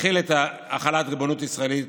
כמו החלת הריבונות הישראלית